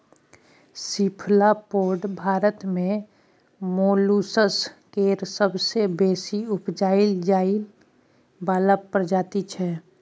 cephalopod Bharat मे molluscs केर सबसँ बेसी उपजाएल जाइ बला प्रजाति छै